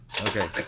Okay